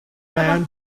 man